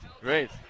Great